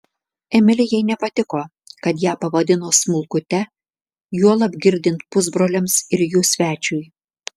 emilijai nepatiko kad ją pavadino smulkute juolab girdint pusbroliams ir jų svečiui